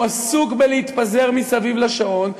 הוא עסוק בלהתפזר מסביב לשעון,